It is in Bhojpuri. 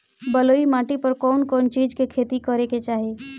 बलुई माटी पर कउन कउन चिज के खेती करे के चाही?